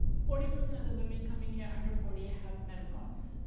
forty percent of the women coming here under forty have menopause.